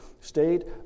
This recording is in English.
state